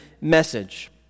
message